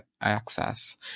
Access